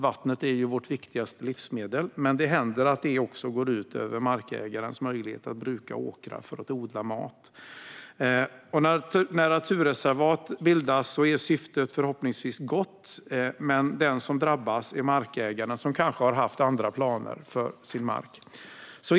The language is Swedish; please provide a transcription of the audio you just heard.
Vattnet är ju vårt viktigaste livsmedel. Men det händer att det också går ut över markägarens möjlighet att bruka åkrar för att odla mat. När naturreservat bildas är syftet förhoppningsvis gott, men den som drabbas är markägaren, som kanske har haft andra planer för sin mark.